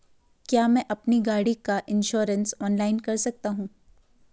क्या मैं अपनी गाड़ी का इन्श्योरेंस ऑनलाइन कर सकता हूँ?